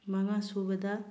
ꯃꯉꯥꯁꯨꯕꯗ